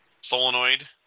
solenoid –